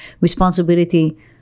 responsibility